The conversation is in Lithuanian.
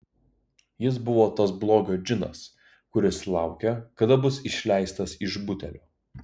jis buvo tas blogio džinas kuris laukia kada bus išleistas iš butelio